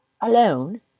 alone